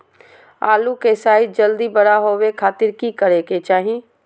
आलू के साइज जल्दी बड़ा होबे खातिर की करे के चाही?